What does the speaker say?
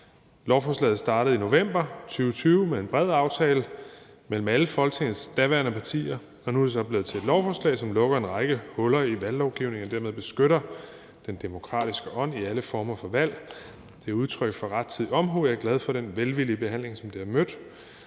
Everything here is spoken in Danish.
Lovforslaget startede i november 2020 med en bred aftale mellem alle Folketingets daværende partier. Nu er det så blevet til et lovforslag, der lukker en række huller i valglovgivningen og dermed beskytter den demokratiske ånd i alle former for valg. Det er udtryk for rettidig omhu, og jeg er glad for den velvillige behandling, det har mødt.